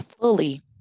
fully